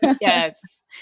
Yes